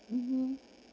mmhmm